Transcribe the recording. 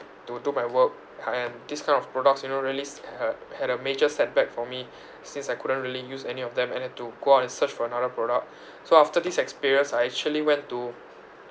to do my work and this kind of products you know reallys h~ had a major setback for me since I couldn't really use any of them and had to go out and search for another product so after this experience I actually went to